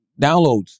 downloads